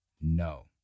no